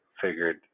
figured